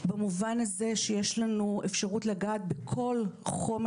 במובן הזה שיש לנו אפשרות לגעת בכל חומר